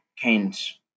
Keynes